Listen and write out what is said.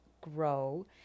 grow